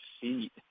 seat